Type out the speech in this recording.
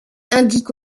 indique